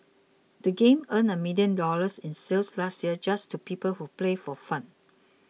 the game earned a million dollars in sales last year just to people who play for fun